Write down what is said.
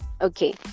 okay